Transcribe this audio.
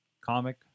comic